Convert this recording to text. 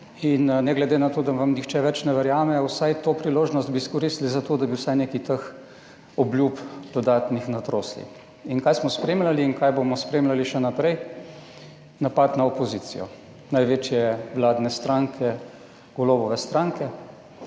in ne glede na to, da vam nihče več ne verjame, vsaj to priložnost bi izkoristili za to, da bi vsaj nekaj teh dodatnih obljub natrosili. Kaj smo spremljali in kaj bomo spremljali še naprej? Napad na opozicijo največje vladne stranke, Golobove stranke,